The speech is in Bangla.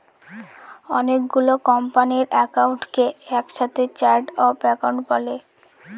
অনেকগুলো কোম্পানির একাউন্টকে এক সাথে চার্ট অফ একাউন্ট বলে